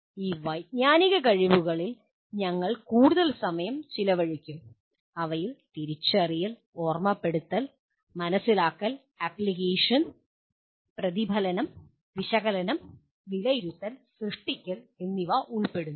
ഈ വൈജ്ഞാനിക കഴിവുകളിൽ ഞങ്ങൾ കൂടുതൽ സമയം ചെലവഴിക്കും അവയിൽ തിരിച്ചറിയൽ ഓർമ്മപ്പെടുത്തൽ മനസ്സിലാക്കൽ ആപ്ലിക്കേഷൻ പ്രതിഫലനം വിശകലനം വിലയിരുത്തൽ സൃഷ്ടിക്കൽ എന്നിവ ഉൾപ്പെടുന്നു